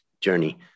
journey